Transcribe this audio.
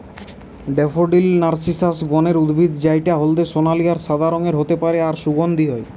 daffodil narcissus গণের উদ্ভিদ জউটা হলদে সোনালী আর সাদা রঙের হতে পারে আর সুগন্ধি হয়